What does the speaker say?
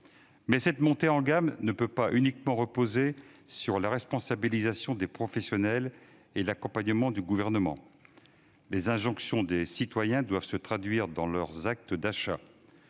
cette montée en gamme ne peut pas uniquement reposer sur la responsabilisation des professionnels et l'accompagnement du Gouvernement. Les injonctions des citoyens doivent se traduire dans leurs actes d'achats.